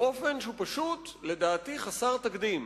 באופן שהוא פשוט, לדעתי, חסר תקדים